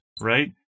right